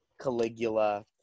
Caligula